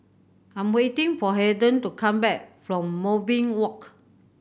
I'm waiting for Haden to come back from Moonbeam Walk